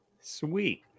Sweet